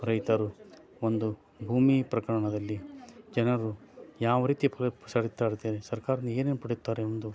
ರೈತರು ಒಂದು ಭೂಮಿ ಪ್ರಕರಣದಲ್ಲಿ ಜನರು ಯಾವ ರೀತಿ ಸರ್ಕಾರದಿಂದ ಏನೇನು ಪಡೀತಾರೆ ಒಂದು